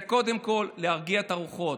זה קודם כול להרגיע את הרוחות.